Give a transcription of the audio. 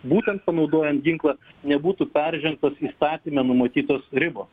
būtent panaudojant ginklą nebūtų peržengtos įstatyme numatytos ribos